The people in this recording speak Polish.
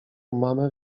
mamę